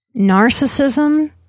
narcissism